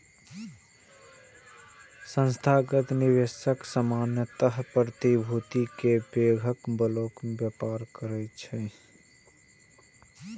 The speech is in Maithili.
संस्थागत निवेशक सामान्यतः प्रतिभूति के पैघ ब्लॉक मे व्यापार करै छै